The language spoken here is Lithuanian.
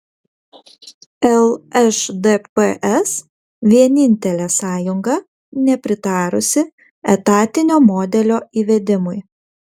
lšdps vienintelė sąjunga nepritarusi etatinio modelio įvedimui